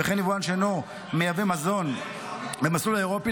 וכן יבואן שאינו מייבא מזון במסלול האירופאי,